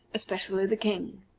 especially the king.